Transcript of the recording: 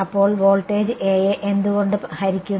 അപ്പോൾ voltage A യെ എന്തുകൊണ്ട് ഹരിക്കുന്നു